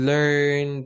Learn